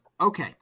Okay